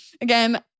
again